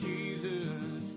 Jesus